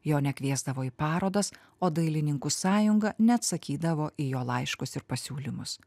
jo nekviesdavo į parodas o dailininkų sąjunga neatsakydavo į jo laiškus ir pasiūlymus